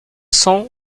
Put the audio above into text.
cents